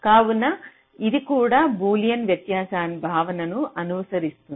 కావున ఇది కూడా బూలియన్ వ్యత్యాస భావనను అనుసరిస్తుంది